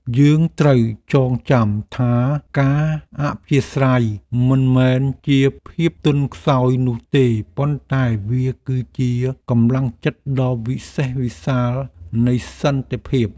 យើងត្រូវចងចាំថាការអធ្យាស្រ័យមិនមែនជាភាពទន់ខ្សោយនោះទេប៉ុន្តែវាគឺជាកម្លាំងចិត្តដ៏វិសេសវិសាលនៃសន្តិភាព។